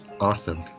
Awesome